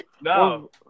No